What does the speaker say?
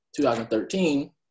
2013